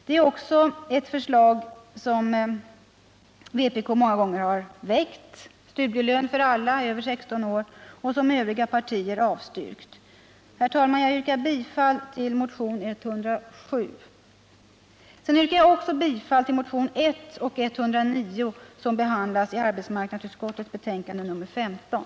Det är också ett förslag som vpk många gånger har väckt — studielön för alla över 16 år — och som övriga partier har avstyrkt. Herr talman! Jag yrkar bifall till motion nr 107. Jag yrkar också bifall till motionerna nr 1 och 109 som behandlas i arbetsmarknadsutskottets betänkande nr 15.